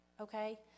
okay